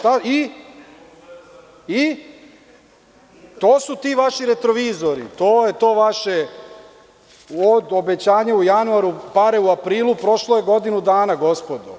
To su ti vaši retrovizori, to je to vaše od obećanja u januaru, pare u aprilu, prošlo je godinu dana gospodo.